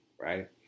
Right